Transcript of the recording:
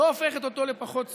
לא הופכת אותו לפחות ציוני.